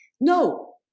No